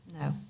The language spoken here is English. No